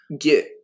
get